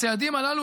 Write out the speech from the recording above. הצעדים הללו,